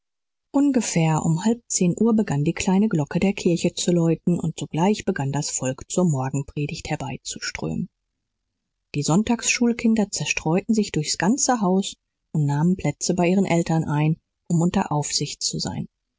ungefähr um halb zehn uhr begann die kleine glocke der kirche zu läuten und sogleich begann das volk zur morgenpredigt herbeizuströmen die sonntagsschulkinder zerstreuten sich durchs ganze haus und nahmen plätze bei ihren eltern ein um unter aufsicht zu sein